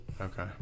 Okay